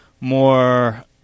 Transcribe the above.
more